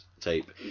tape